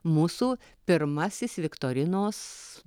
mūsų pirmasis viktorinos